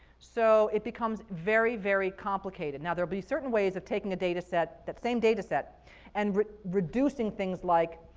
so it becomes very, very complicated. now there'll be certain ways of taking a data set, that same data set and reducing things like,